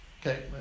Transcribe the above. Okay